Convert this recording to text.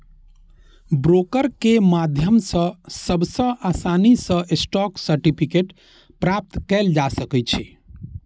broker के माध्यम सं सबसं आसानी सं स्टॉक सर्टिफिकेट प्राप्त कैल जा सकै छै